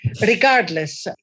Regardless